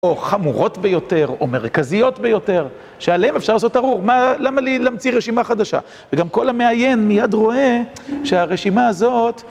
או חמורות ביותר, או מרכזיות ביותר, שעליהם אפשר לעשות ארור. מה, למה להמציא רשימה חדשה? וגם כל המעיין מיד רואה שהרשימה הזאת...